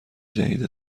جدید